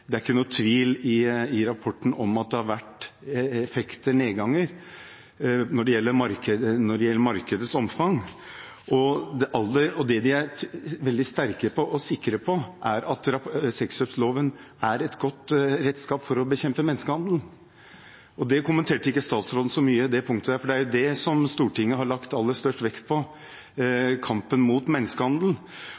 det ikke er noen tvil i rapporten om at det har vært effekt – nedgang – når det gjelder markedets omfang. Det de er veldig sterke og sikre på, er at sexkjøpsloven er et godt redskap for å bekjempe menneskehandel. Det punktet kommenterte ikke statsråden så mye. Det er jo det Stortinget har lagt aller størst vekt på – kampen mot menneskehandel.